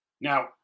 Now